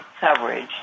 coverage